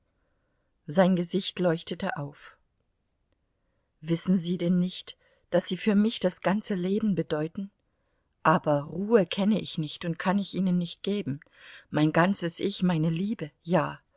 sein gesicht leuchtete auf wissen sie denn nicht daß sie für mich das ganze leben bedeuten aber ruhe kenne ich nicht und kann ich ihnen nicht geben mein ganzes ich meine liebe ja